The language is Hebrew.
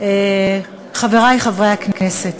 חברי חברי הכנסת,